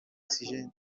oxygen